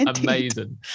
Amazing